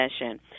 session